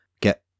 Get